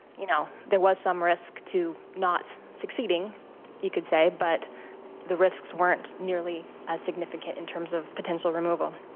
you know, there was some risk to not succeeding you could say, but the risks weren't nearly as significant in terms of potential removal.